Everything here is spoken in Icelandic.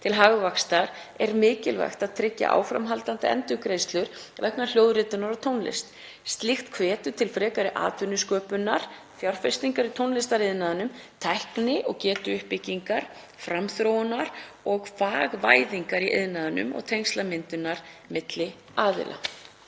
til hagvaxtar er mikilvægt að tryggja áframhaldandi endurgreiðslur vegna hljóðritunar á tónlist. Slíkt hvetur til frekari atvinnusköpunar, fjárfestingar í tónlistariðnaðinum, tækni og getuuppbyggingar, framþróunar og fagvæðingar og tengslamyndunar milli aðila.